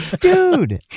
dude